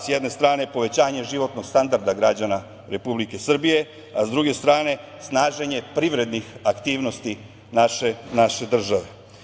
Sa jedne strane povećanje životnog standarda građana Republike Srbije, a sa druge strane snaženje privrednih aktivnosti naše države.